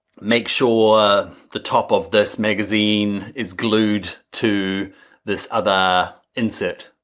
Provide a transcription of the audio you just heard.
make sure the top of this magazine is glued to this other insert.